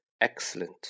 Excellent